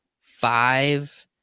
five